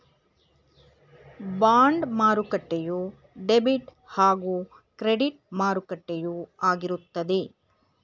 bond ಮಾರುಕಟ್ಟೆಯು debit ಹಾಗೂ credit ಮಾರುಕಟ್ಟೆಯು ಆಗಿರುತ್ತದೆ